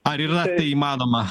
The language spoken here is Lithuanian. ar yra tai įmanoma